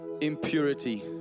impurity